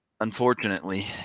Unfortunately